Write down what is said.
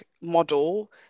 model